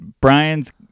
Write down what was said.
Brian's